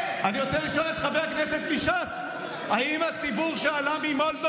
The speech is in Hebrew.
כי מה שיוצא לך מהפה מאוד